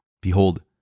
Behold